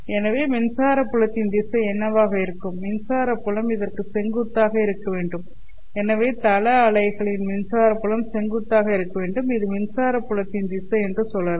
எனவே மின்சார புலத்தின் திசை என்னவாக இருக்கும் மின்சார புலம் இதற்கு செங்குத்தாக இருக்க வேண்டும் எனவே தள அலைகளில் மின்சார புலம் செங்குத்தாக இருக்க வேண்டும் இது மின்சார புலத்தின் திசை என்று சொல்லலாம்